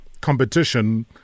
competition